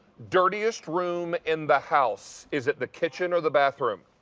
dirtiest room in the house. is it the kitchen or the bathroom?